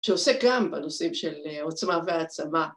‫שעוסק גם בנושאים של עוצמה והעצמה.